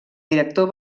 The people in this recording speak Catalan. director